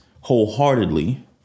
wholeheartedly